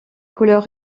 couleur